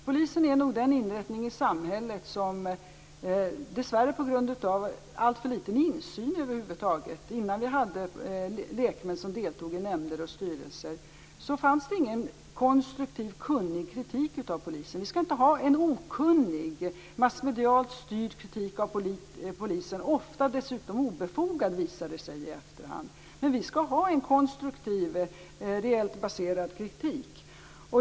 Polisen är nog den inrättning i samhället som dessvärre har varit utsatt för alltför liten insyn. Innan det fanns lekmän som deltog i nämnder och styrelser fanns det ingen konstruktiv, kunnig kritik mot Polisen. Kritiken av Polisen skall inte vara okunnig och massmedialt styrd - dessutom ofta obefogad - brukar det visa sig i efterhand. Det skall vara en konstruktiv reellt baserad kritik.